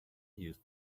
use